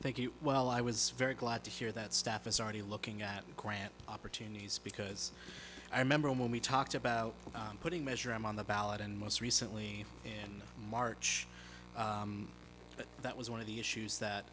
helpful thank you well i was very glad to hear that staff is already looking at grant opportunities because i remember when we talked about putting measure them on the ballot and most recently in march but that was one of the issues that